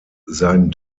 sein